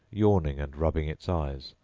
yawning and rubbing its eyes,